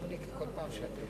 חברי חברי הכנסת,